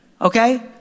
Okay